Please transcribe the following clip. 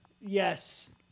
Yes